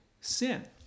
sin